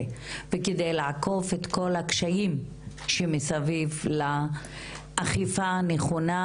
וכדי לעקוף את כל הקשיים שמסביב לאכיפה הנכונה